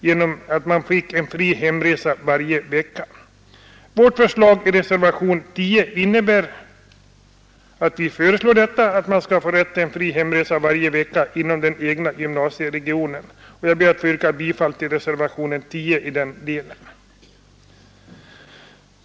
I det syftet har vi i reservationen 10 föreslagit rätt till en fri hemresa varje vecka inom den egna gymnasieregionen, och jag yrkar här bifall till reservation 10 i den delen.